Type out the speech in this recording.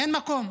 אין מקום.